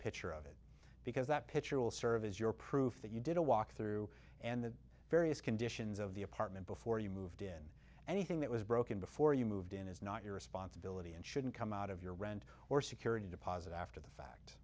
picture of it because that picture will serve as your proof that you did a walk through and the various conditions of the apartment before you moved in anything that was broken before you moved in is not your responsibility and shouldn't come out of your rent or security deposit after the fact